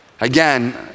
Again